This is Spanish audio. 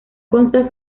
consta